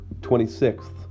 26th